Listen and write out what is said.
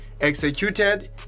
executed